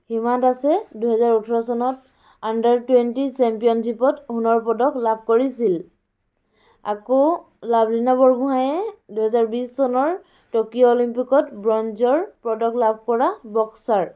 হিমা দাসে দুহেজাৰ ওঠৰ চনত আণ্ডাৰ টুৱেণ্টি চেম্পিয়নশ্বিপত সোণৰ পদক লাভ কৰিছিল আকৌ লাভলীনা বৰগোহাঁয়ে দুহেজাৰ বিছ চনৰ টকিঅ' অলিম্পিকত ব্ৰঞ্জৰ পদক লাভ কৰা বক্সাৰ